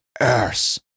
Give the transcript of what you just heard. Earth